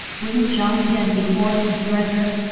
wouldn't jiang tian be forced to surrender?